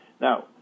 Now